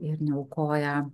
ir neaukoja